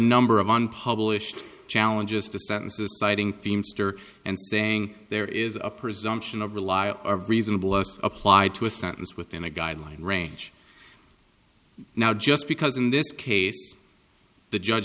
number of unpublished challenges distances citing themes and saying there is a presumption of rely on reasonable us applied to a sentence within a guideline range now just because in this case the judge